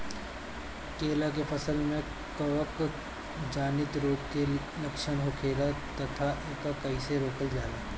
केला के फसल में कवक जनित रोग के लक्षण का होखेला तथा एके कइसे रोकल जाला?